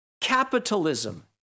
capitalism